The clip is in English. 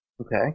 Okay